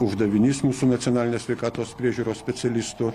uždavinys mūsų nacionalinės sveikatos priežiūros specialistų